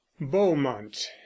beaumont